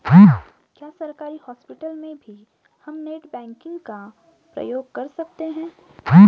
क्या सरकारी हॉस्पिटल में भी हम नेट बैंकिंग का प्रयोग कर सकते हैं?